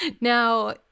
Now